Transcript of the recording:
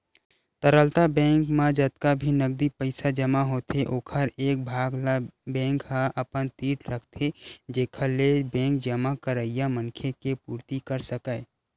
तरलता बेंक म जतका भी नगदी पइसा जमा होथे ओखर एक भाग ल बेंक ह अपन तीर रखथे जेखर ले बेंक जमा करइया मनखे के पुरती कर सकय